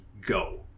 Go